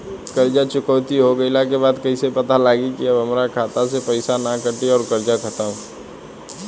कर्जा चुकौती हो गइला के बाद कइसे पता लागी की अब हमरा खाता से पईसा ना कटी और कर्जा खत्म?